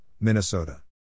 Minnesota